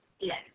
yes